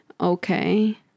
okay